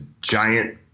giant